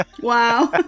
Wow